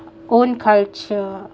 own culture